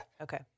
Okay